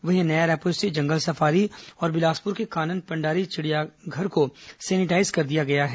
वहीं नया रायपुर स्थित जंगल सफारी और बिलासपुर के कानन पेंडारी चिड़ियाघर को सैनिटाईज कर दिया गया है